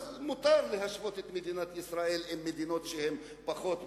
אז מותר להשוות את מדינת ישראל עם מדינות שהן פחות מתקדמות.